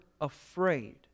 afraid